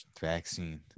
vaccine